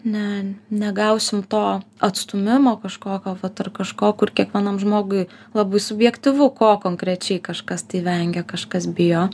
ne negausim to atstūmimo kažkokio vat ar kažko kur kiekvienam žmogui labai subjektyvu ko konkrečiai kažkas tai vengia kažkas bijo